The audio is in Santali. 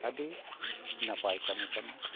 ᱟᱹᱰᱤ ᱱᱟᱯᱟᱭ ᱠᱟᱹᱢᱤ ᱠᱟᱱᱟ